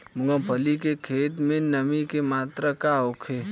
मूँगफली के खेत में नमी के मात्रा का होखे?